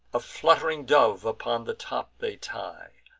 a flutt'ring dove upon the top they tie,